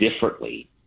differently